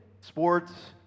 sports